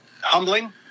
humbling